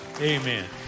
Amen